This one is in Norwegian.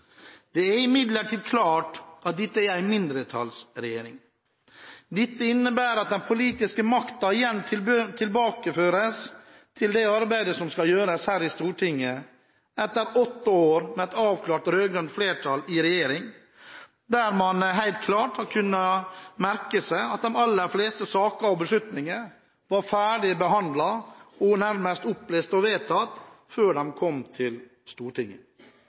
Det er imidlertid klart at dette er en mindretallsregjering. Dette innebærer at den politiske makten igjen tilbakeføres til det arbeidet som skal gjøres her i Stortinget, etter åtte år med et avklart rød-grønt flertall i regjering, der man helt klart har kunnet merke seg at de aller fleste saker og beslutninger var ferdig behandlet – og nærmest opplest og vedtatt – før de kom til Stortinget.